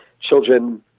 children